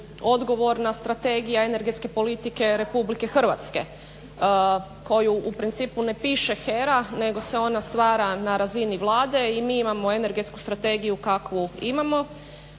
odgovorna strategija energetske politike Republike Hrvatske koju u principu ne piše HERA nego se ona stvara na razini Vlade i mi imamo energetsku strategiju kakvu imamo.